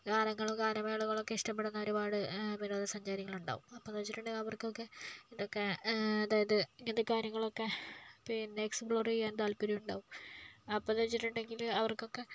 ഗാനങ്ങളും ഗാനമേളകളൊക്കെ ഇഷ്ടപെടുന്ന ഒരുപാട് വിനോദ സഞ്ചാരികളുണ്ടാകും അപ്പം എന്ന് വെച്ചിട്ടുണ്ടെങ്കിൽ അവർക്കൊക്കെ അതായത് ഇങ്ങനത്തെ കാര്യങ്ങളൊക്കെ പിന്നെ എക്സ്പ്ലോർ ചെയ്യാൻ താത്പര്യമുണ്ടാകും അപ്പം എന്ന് വെച്ചിട്ടുണ്ടെങ്കിൽ അവർക്കൊക്കെ